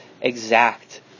exact